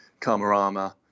kamarama